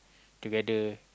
together